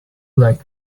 like